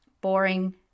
Boring